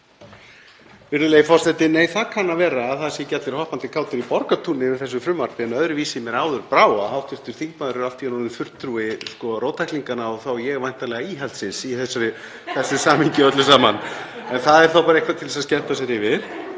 það er þá bara eitthvað til að skemmta sér yfir.